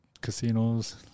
casinos